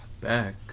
Back